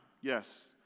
Yes